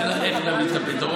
השאלה היא איך נביא את הפתרון,